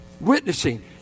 witnessing